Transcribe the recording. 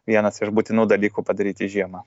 vienas iš būtinų dalykų padaryti žiemą